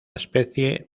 especie